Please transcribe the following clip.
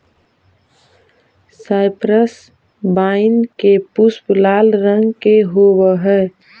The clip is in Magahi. साइप्रस वाइन के पुष्प लाल रंग के होवअ हई